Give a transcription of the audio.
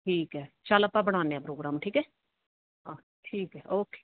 ਠੀਕ ਹੈ ਚਲ ਆਪਾਂ ਬਣਾਉਂਦੇ ਹਾਂ ਪ੍ਰੋਗਰਾਮ ਠੀਕ ਹੈ ਹਾਂ ਠੀਕ ਹੈ ਓਕੇ